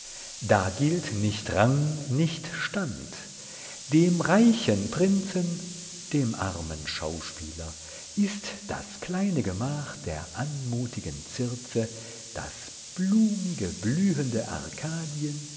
da gilt nicht rang nicht stand dem reichen prinzen dem armen schauspieler ist das kleine gemach der anmutigen circe das blumige blühende